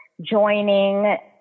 joining